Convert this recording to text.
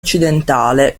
occidentale